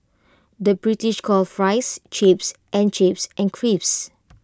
the British calls Fries Chips and chips and crisps